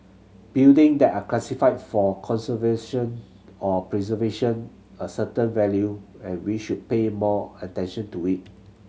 building that are classified for conservation or preservation a certain value and we should pay more attention to it